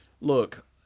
Look